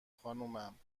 خانومم